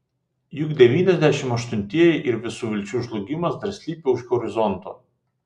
juk devyniasdešimt aštuntieji ir visų vilčių žlugimas dar slypi už horizonto